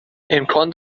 امکان